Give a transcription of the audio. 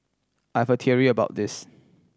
I've a theory about this